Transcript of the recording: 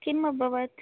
किम् अभवत्